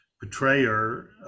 betrayer